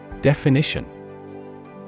Definition